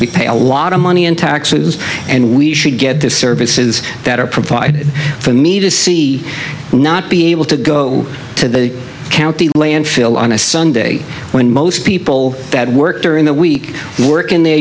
we pay a lot of money in taxes and we should get the services that are provided for me to see and not be able to to go county landfill on a sunday when most people that work during the week work in their